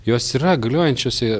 jos yra galiojančiosė